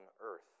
earth